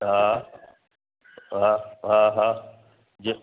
हा हा हा हा जी